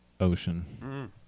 Ocean